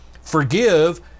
forgive